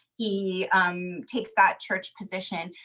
he takes that church position,